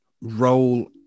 role